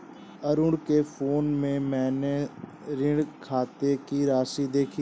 अरुण के फोन में मैने ऋण खाते की राशि देखी